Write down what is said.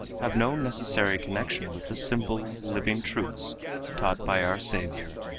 have no necessary connection with the simple, living truths taught by our saviour,